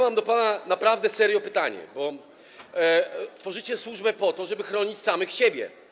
Mam do pana naprawdę serio pytanie, bo tak naprawdę tworzycie służbę po to, żeby chronić samych siebie.